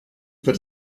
wird